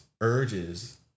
urges